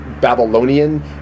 Babylonian